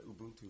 Ubuntu